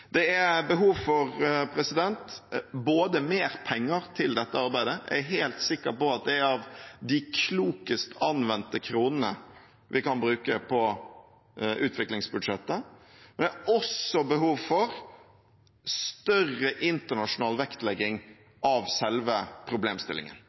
Det er behov for mer penger til dette arbeidet – jeg er helt sikker på at det er de klokest anvendte kronene vi kan bruke på utviklingsbudsjettet – men det er også behov for større internasjonal